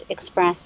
express